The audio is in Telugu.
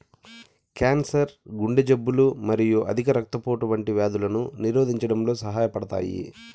క్యాన్సర్, గుండె జబ్బులు మరియు అధిక రక్తపోటు వంటి వ్యాధులను నిరోధించడంలో సహాయపడతాయి